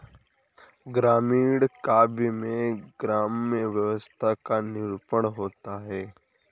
ग्रामीण काव्य में ग्राम्य व्यवस्था का निरूपण होता है